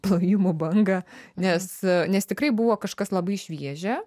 plojimų bangą nes nes tikrai buvo kažkas labai šviežia